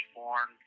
born